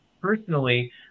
personally